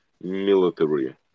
military